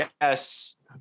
Yes